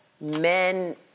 men